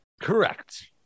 Correct